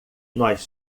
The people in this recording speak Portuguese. nós